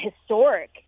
historic